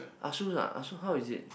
ASUS ah ASUS how is it